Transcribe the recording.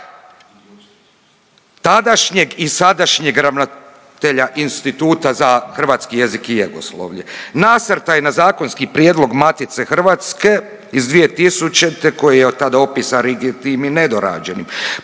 tadašnjeg i sadašnjeg ravnatelja Instituta za hrvatski jezik i jezikoslovlje. Nasrtaj na zakonski prijedlog Matice hrvatske iz 2000. koji je tada opisan … i nedorađenim.